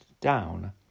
down